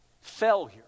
Failure